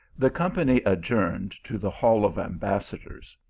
the company adjourned to the hall of ambassadors.